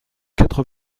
quatre